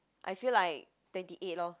I feel like twenty eight lor